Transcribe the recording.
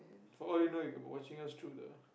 for all you know you could be watching us through the